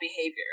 behavior